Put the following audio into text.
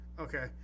Okay